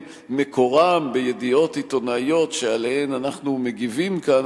מקורם בידיעות עיתונאיות שעליהן אנחנו מגיבים כאן,